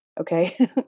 okay